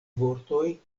vortoj